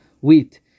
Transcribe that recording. wheat